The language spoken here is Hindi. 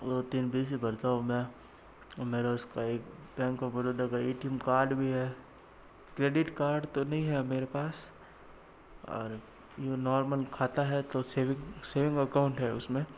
वो तीन बीस ही भरता हूँ मैं मेरा उसका एक बैंक ऑफ़ बड़ौदा का ए टी एम कार्ड भी है क्रेडिट कार्ड तो नहीं है मेरे पास और यूँ नॉर्मल खाता है तो सेविंग सेविंग अकाउंट है उसमें